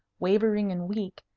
wavering and weak,